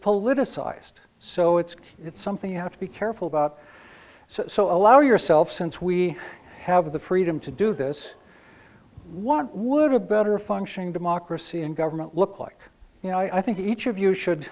politicized so it's it's something you have to be careful about so allow yourself since we have the freedom to do this what would a better functioning democracy in government look like you know i think each of you should